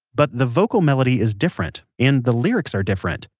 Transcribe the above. but the vocal melody is different, and the lyrics are different,